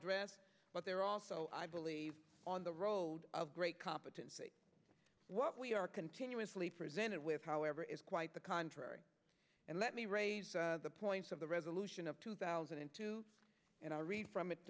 dressed but they're also i believe on the road of great competency what we are continuously presented with however is quite the contrary and let me raise the points of the resolution of two thousand and two and i read from it